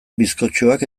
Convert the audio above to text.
bizkotxoak